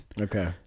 Okay